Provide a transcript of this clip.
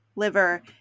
liver